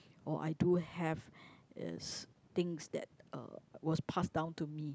or I do have is things that uh was passed down to me